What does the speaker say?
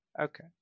Okay